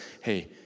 hey